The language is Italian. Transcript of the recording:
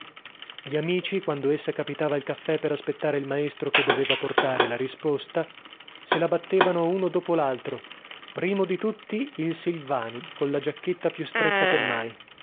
gli amici quando essa capitava al caffè per aspettare il maestro che doveva portare la risposta se la battevano uno dopo laltro primo di tutti il silvani colla giacchetta più stretta che mai